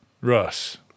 Russ